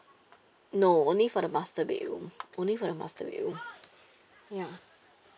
no only for the master bedroom only for the mastery ya